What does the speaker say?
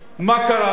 מה קרה?